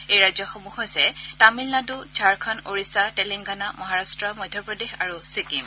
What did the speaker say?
এই ৰাজ্যসমূহ হৈছে তামিলনাডু ঝাৰখণু ওড়িশা তেলেংগানা মহাৰাষ্ট্ৰ মধ্যপ্ৰদেশ আৰু ছিকিম